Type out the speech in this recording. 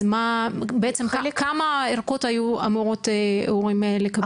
אז כמה ערכות היו אמורים ההורים לקבל?